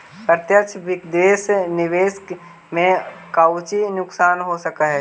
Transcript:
प्रत्यक्ष विदेश निवेश के कउची नुकसान हो सकऽ हई